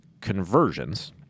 conversions